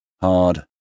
hard